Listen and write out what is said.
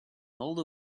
older